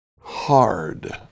hard